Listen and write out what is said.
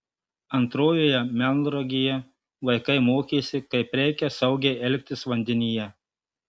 antrojoje melnragėje vaikai mokėsi kaip reikia saugiai elgtis vandenyje